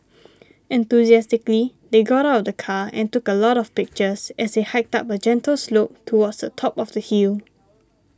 enthusiastically they got out of the car and took a lot of pictures as they hiked up a gentle slope towards the top of the hill